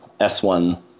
S1